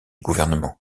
gouvernement